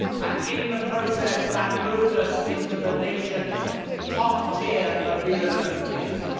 and in the process, that moved us into the nation's top tier of universities.